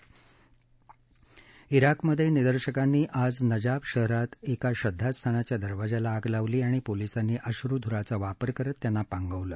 उत्तिकमधे निदर्शकांनी आज नजाफ शहरात एका श्रद्वास्थानाच्या दरवाज्याला आग लावली आणि पोलिसांनी आश्रुधूराचा वापर करत त्यांना पांगवले